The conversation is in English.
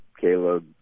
Caleb